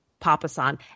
Papasan